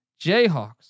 Jayhawks